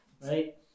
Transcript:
right